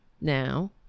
now